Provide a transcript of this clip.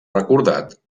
recordat